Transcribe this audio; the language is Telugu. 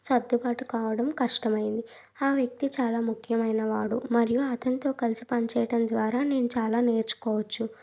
సర్దుబాటు కావడం కష్టమైంది ఆ వ్యక్తి చాలా ముఖ్యమైనవాడు మరియు అతనితో కలిసి పనిచేయడం ద్వారా నేను చాలా నేర్చుకోవచ్చు